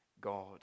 God